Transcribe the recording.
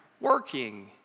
working